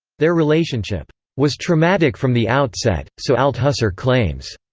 their relationship was traumatic from the outset, so althusser claims,